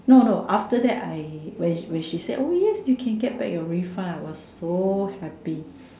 no no after that I when when she said oh yes you can get back your refund I was so happy